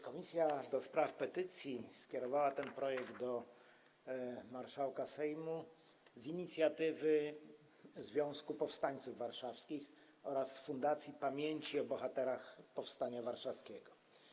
Komisja do Spraw Petycji skierowała ten projekt do marszałka Sejmu z inicjatywy Związku Powstańców Warszawskich oraz Fundacji Pamięci o Bohaterach Powstania Warszawskiego.